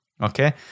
Okay